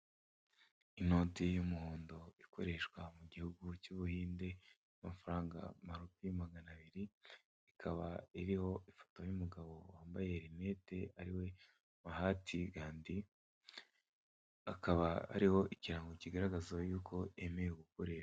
Inoti y'umuhondo ikoreshwa mu gihugu cy'Ubuhinde amafaranga y'amarupi magana abiri, ikaba iriho ifoto y'umugabo wambaye rinete ariwe Mahati Gandi akaba hariho ikirango kigaragaza yuko yemewe gukoreshwa.